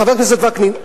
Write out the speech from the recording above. חבר הכנסת וקנין,